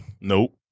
Nope